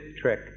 trick